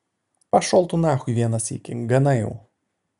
pašol tu nachui vieną sykį gana jau